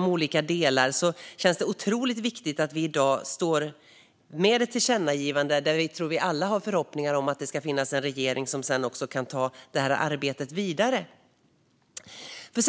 Detta tillkännagivande känns otroligt viktigt, och jag tror att vi alla har förhoppningar om att det ska finnas en regering som också kan ta arbetet vidare. Låt